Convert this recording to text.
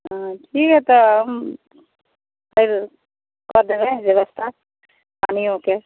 ठीक हय तऽ फेर कऽ देबै व्यवस्था पानियोके